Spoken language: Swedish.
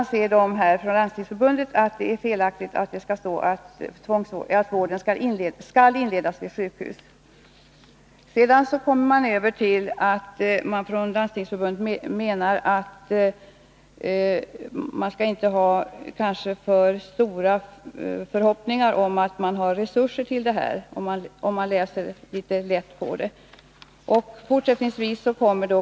Landstingsförbundet anser att det är felaktigt att det skall stå att vården skall inledas vid sjukhus. Landstingsförbundet menar vidare att man inte skall ha för stora förhoppningar om att det finns resurser för detta — om man läser det hela litet lätt.